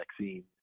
vaccine